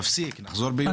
נחזור ביום ראשון.